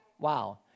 Wow